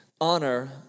Honor